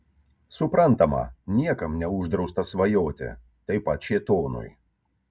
suprantama niekam neuždrausta svajoti taip pat šėtonui